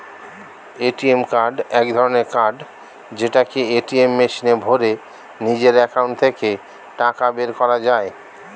ATM card এক ধরণের card যেটাকে এটিএম মেশিনে ভরে নিজের একাউন্ট থেকে টাকা বের করা যায়